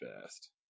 fast